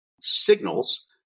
signals